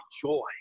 joy